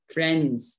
Friends